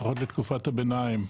לפחות לתקופת הבינים,